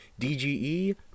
DGE